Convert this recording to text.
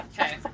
Okay